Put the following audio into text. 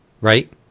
Right